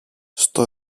στο